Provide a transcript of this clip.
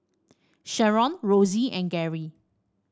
Sherron Rosey and Gary